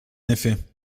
effet